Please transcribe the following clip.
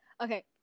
Okay